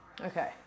Okay